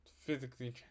physically